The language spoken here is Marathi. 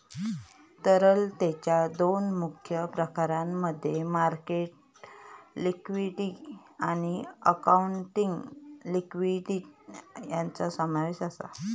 तरलतेच्या दोन मुख्य प्रकारांमध्ये मार्केट लिक्विडिटी आणि अकाउंटिंग लिक्विडिटी यांचो समावेश आसा